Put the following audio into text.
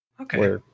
okay